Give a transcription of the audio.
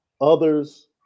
others